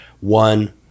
one